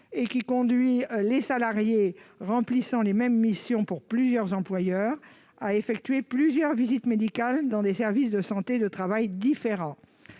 et qui conduit les salariés remplissant les mêmes missions pour plusieurs employeurs à effectuer plusieurs visites médicales dans des services de santé au travail différents.